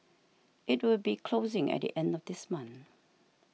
it will be closing at the end of this month